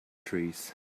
trees